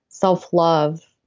self-love,